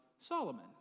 Solomon